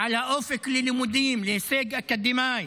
על האופק ללימודים, להישג אקדמי,